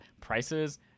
prices